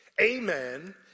amen